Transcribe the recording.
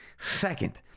Second